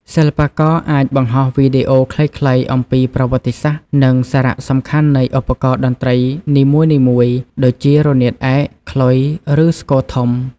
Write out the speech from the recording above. សិល្បករអាចបង្ហោះវីដេអូខ្លីៗអំពីប្រវត្តិសាស្រ្ត និងសារៈសំខាន់នៃឧបករណ៍តន្ត្រីនីមួយៗដូចជា រនាតឯក ខ្លុយ ឬស្គរធំ។